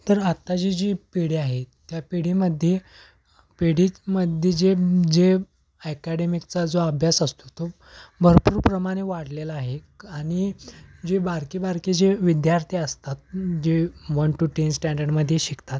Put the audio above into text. तर आत्ताची जी पिढी आहे त्या पिढीमध्ये पिढीमध्ये जे जे अकॅडेमिकचा जो अभ्यास असतो तो भरपूर प्रमाणे वाढलेला आहे आणि जे बारकी बारकी जे विद्यार्थी असतात जे वन टू टेन स्टँडर्डमध्ये शिकतात